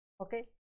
Okay